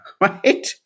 right